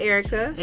Erica